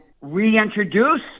reintroduce